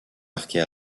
marquée